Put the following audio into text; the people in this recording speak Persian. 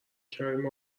کریم